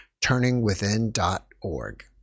TurningWithin.org